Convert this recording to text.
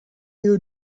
you